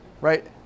right